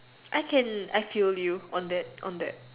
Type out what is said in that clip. I can I feel you on that on that